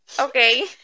okay